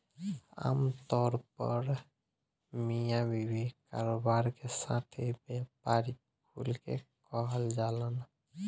आमतौर पर मिया बीवी, कारोबार के साथी, व्यापारी कुल के कहल जालन